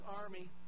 army